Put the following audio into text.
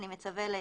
אני מצווה לאמור: